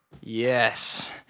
Yes